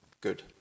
good